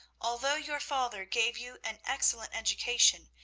although your father gave you an excellent education,